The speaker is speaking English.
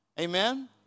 Amen